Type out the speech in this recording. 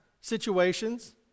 situations